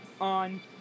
on